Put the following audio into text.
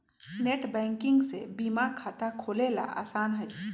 net banking से बीमा खाता खोलेला आसान हई